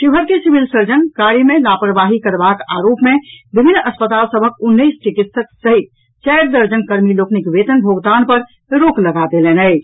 शिवहर के civil surgeon कार्य मे लापरवाही करबाक आरोप मे विभिन्न अस्पताल सभक उन्नैस चिकित्सक सहित चारि दर्जन कर्मी लोकनिक वेतन भोगतान पर रोक लगा देलनि अछि